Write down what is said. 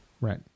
Right